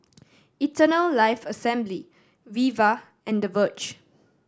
Eternal Life Assembly Viva and The Verge